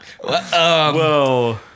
Whoa